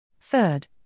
Third